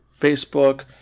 Facebook